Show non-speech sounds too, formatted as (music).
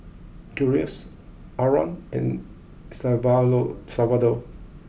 Julious Harlan and (unintelligible) Salvador